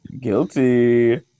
Guilty